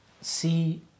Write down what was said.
see